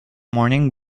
morning